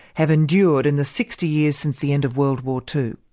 have endured in the sixty years since the end of world war two.